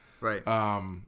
Right